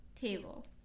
table